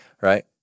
right